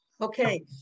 Okay